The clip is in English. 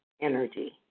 energy